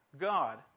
God